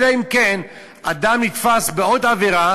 אלא אם כן אדם נתפס בעוד עבירה,